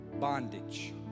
bondage